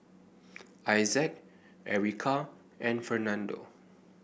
Issac Ericka and Fernando